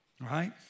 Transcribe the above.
right